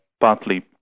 partly